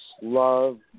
love